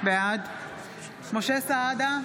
בעד משה סעדה,